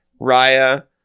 Raya